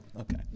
okay